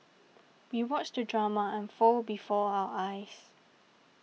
we watched the drama unfold before our eyes